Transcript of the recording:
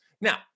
Now